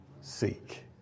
seek